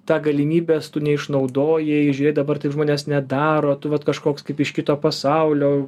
tą galimybės tu neišnaudojai dabar taip žmonės nedaro tu vat kažkoks kaip iš kito pasauliau